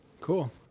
Cool